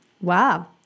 Wow